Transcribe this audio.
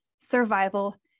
survival